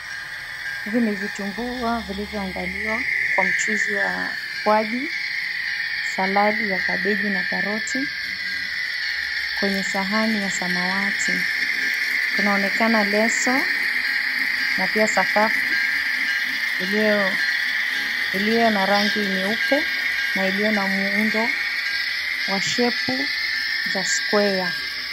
Hivi ni vitumbua vilivyoandaliwa kwa mchuzi wa ukwaju, salad ya kabeji na carrot , kwenye sahani ya samwati kunaonekana leso na pia sakafu iliyo na rangi nyeupe na iliyo na muundo wa shape za square .